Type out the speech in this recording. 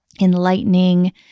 enlightening